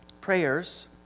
prayers